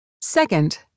Second